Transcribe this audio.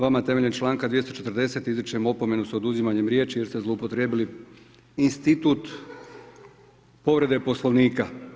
Vama temeljem članka 240. izričem opomenu sa oduzimanjem riječi jer ste zloupotrijebili institut povrede Poslovnika.